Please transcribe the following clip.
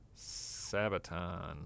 Sabaton